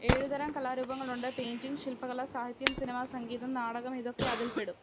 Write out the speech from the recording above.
എഴുതരം കലാരൂപങ്ങളുണ്ട് പെയിൻ്റിംഗ് ശിൽപ്പകല സാഹിത്യം സിനിമ സംഗീതം നാടകം ഇതൊക്കെ അതിൽപ്പെടും